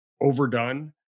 overdone